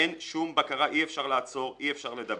אין שום בקרה, אי אפשר לעצור, אי אפשר לדבר,